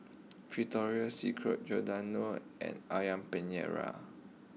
Victoria Secret Giordano and Ayam Penyet Ria